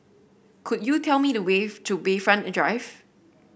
could you tell me the way to Bayfront Drive